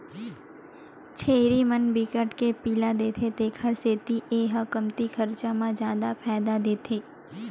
छेरी मन बिकट के पिला देथे तेखर सेती ए ह कमती खरचा म जादा फायदा देथे